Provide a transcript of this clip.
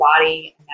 body